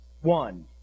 one